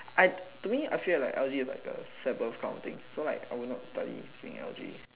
I to me I feel like L_G is like the sabbath kind of thing so like I will not study anything in L_G